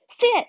sit